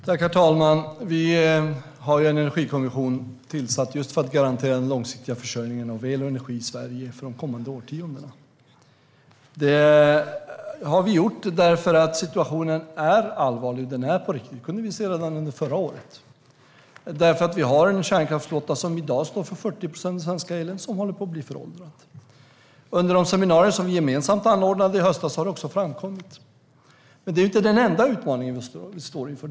Herr talman! Vi har tillsatt en energikommission just för att garantera den långsiktiga försörjningen av el och energi i Sverige de kommande årtiondena. Det har vi gjort därför att situationen är allvarlig. Det kunde vi se redan under förra året. Vi har en kärnkraftsflotta, som i dag står för 40 procent av den svenska elen, som håller på att bli föråldrad. Under de seminarier som vi gemensamt anordnade i höstas har detta också framkommit. Men det är inte den enda utmaning som vi står inför.